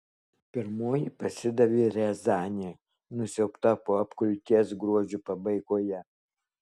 pirmoji pasidavė riazanė nusiaubta po apgulties gruodžio pabaigoje